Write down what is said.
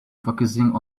focusing